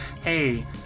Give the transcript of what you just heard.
hey